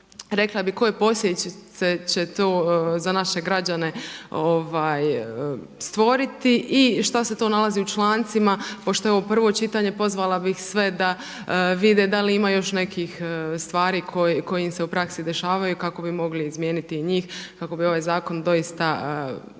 rekla bih koje posljedice će to za naše građane stvoriti i šta se to nalazi u člancima pošto je ovo prvo čitanje pozvala bih sve da vide da li ima još nekih stvari koje im se u praksi dešavaju kako bi mogle izmijeniti njih, kako bi ovaj zakon doista znači